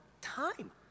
time